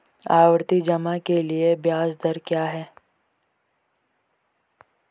आवर्ती जमा के लिए ब्याज दर क्या है?